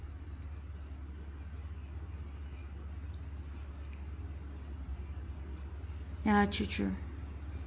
ya true true